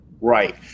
Right